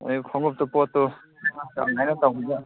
ꯍꯣꯏ ꯈꯣꯡꯎꯞꯇꯨ ꯄꯣꯠꯇꯨ ꯀꯔꯝꯃꯥꯏꯅ ꯇꯧꯕꯖꯥꯠꯅꯣ